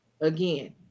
Again